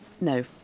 No